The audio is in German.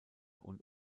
und